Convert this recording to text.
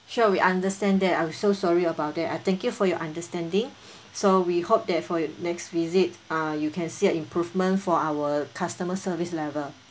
sure we understand that I'm so sorry about that uh thank you for your understanding so we hope that for your next visit err you can see improvement for our customer service level